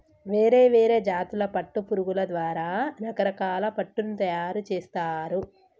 వేరే వేరే జాతుల పట్టు పురుగుల ద్వారా రకరకాల పట్టును తయారుచేస్తారు